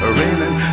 raining